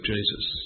Jesus